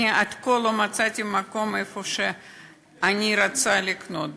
עד כה לא מצאתי מקום שאני רוצה לקנות בו.